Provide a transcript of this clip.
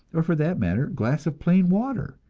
or for that matter a glass of plain water.